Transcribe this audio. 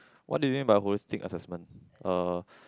what do you mean by holistic assessment uh